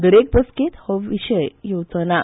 दरेक बस्तकेत हो विशय येवचो ना